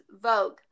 Vogue